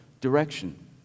direction